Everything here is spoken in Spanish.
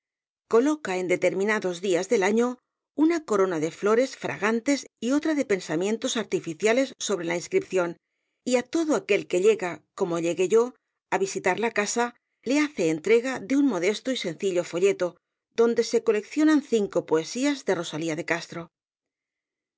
coloca en determinados días del año una corona de flores fragantes y otra de pensamientos artificiales sobre la inscripción y á todo aquel que llega como llegué yo á visitar la casa le hace entrega de un modesto y sencillo folleto donde se coleccionan cinco poesías de rosalía de castro